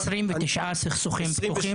29 סכסוכים פתוחים.